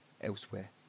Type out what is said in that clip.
elsewhere